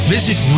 Visit